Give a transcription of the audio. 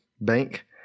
bank